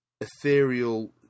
ethereal